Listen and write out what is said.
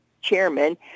chairman